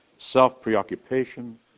self-preoccupation